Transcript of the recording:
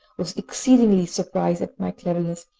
was exceedingly surprised at my cleverness,